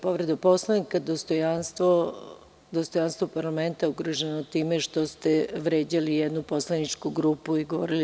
Povreda Poslovnika, dostojanstvo parlamenta ugroženo time što ste vređali jednu poslaničku grupu i govorili…